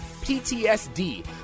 ptsd